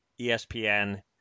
espn